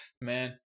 man